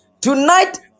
tonight